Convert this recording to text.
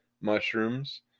mushrooms